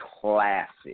classic